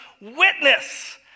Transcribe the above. witness